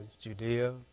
Judea